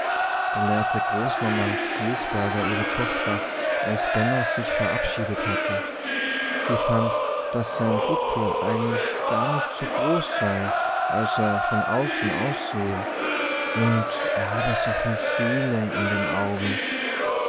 belehrte großmama käsberger ihre tochter als benno sich verabschiedet hatte sie fand daß sein buckel eigentlich gar nicht so groß sei als er von außen aussehe und er habe so viel seele in den augen